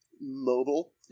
mobile